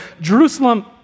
Jerusalem